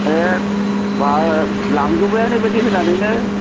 एथ माह लांजोब्बायानो बिदि होनानैनो